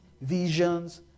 visions